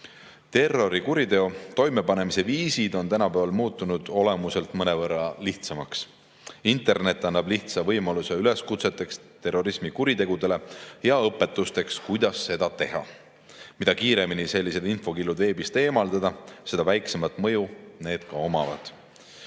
Terrorikuriteo toimepanemise viisid on tänapäeval muutunud olemuselt mõnevõrra lihtsamaks. Internet annab lihtsa võimaluse üleskutseteks terrorismikuritegudele ja õpetusteks, kuidas seda teha. Mida kiiremini sellised infokillud veebist eemaldada, seda väiksemat mõju need